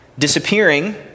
disappearing